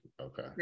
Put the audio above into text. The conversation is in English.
okay